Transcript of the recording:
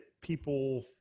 people